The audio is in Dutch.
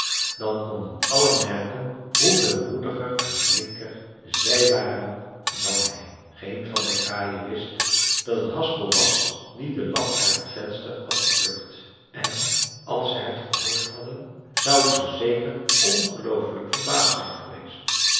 dan konden allen merken hoe veel moediger en flinker zij waren dan hij geen van de kraaien wist dat het haspel was die den lap uit het venster had geplukt en als ze het gehoord hadden zouden ze zeker ongeloofelijk verbaasd zijn geweest